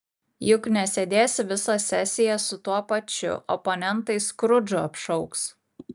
juk nesėdėsi visą sesiją su tuo pačiu oponentai skrudžu apšauks